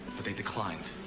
but they declined.